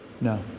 no